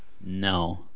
No